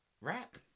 wrap